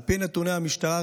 על פי נתוני המשטרה,